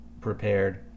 prepared